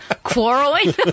quarreling